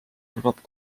arvab